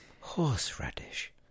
horseradish